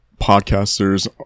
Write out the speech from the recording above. podcasters